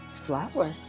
flower